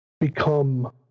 become